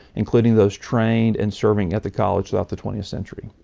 including those trained and serving at the college throughout the twentieth century.